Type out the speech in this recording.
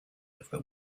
over